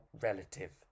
relative